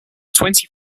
twenty